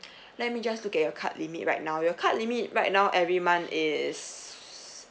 let me just look at your card limit right now your card limit right now every month is